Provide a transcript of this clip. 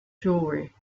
jewellery